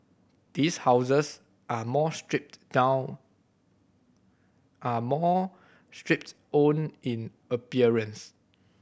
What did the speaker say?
these houses are more stripped down are more stripped own in appearance